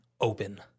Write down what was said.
open